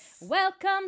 Welcome